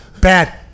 bad